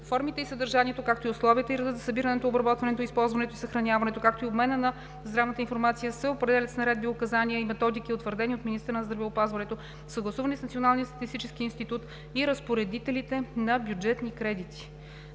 Формите и съдържанието, както и условията и редът за събирането, обработването, използването и съхраняването, както и обменът на здравната информация се определят с наредби, указания и методики, утвърдени от министъра на здравеопазването, съгласувани с Националния статистически институт и разпоредителите на бюджетни кредити.“